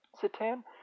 Satan